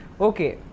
Okay